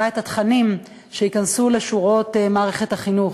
את התכנים שייכנסו לשורות מערכת החינוך.